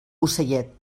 ocellet